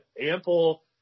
ample